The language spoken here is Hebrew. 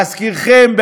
להזכירכם,